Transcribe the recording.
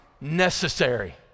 necessary